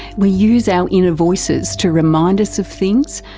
we use our inner voices to remind us of things,